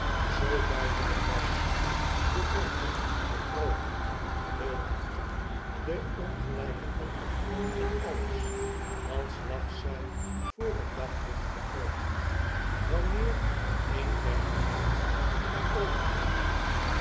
zoo duidelyk was de vorm de grootte de diepte de ongelgke wanden en alles als lag zg voor het daglicht geopend wanneer een der knechts er overheen liep